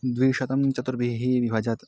द्विशतं चतुर्भिः विभजत्